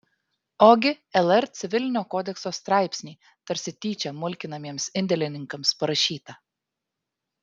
ogi lr civilinio kodekso straipsnį tarsi tyčia mulkinamiems indėlininkams parašytą